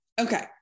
Okay